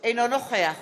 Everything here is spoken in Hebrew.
אינו נוכח